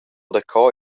daco